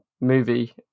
Movie